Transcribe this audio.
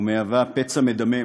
ומהווה פצע מדמם